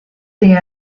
they